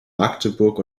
magdeburg